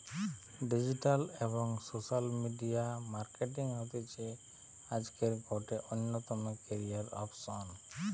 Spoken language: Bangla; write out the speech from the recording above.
ডিজিটাল এবং সোশ্যাল মিডিয়া মার্কেটিং হতিছে আজকের গটে অন্যতম ক্যারিয়ার অপসন